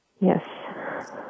Yes